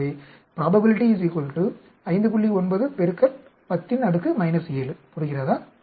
எனவே புரிகிறதா